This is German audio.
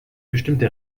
bestimmte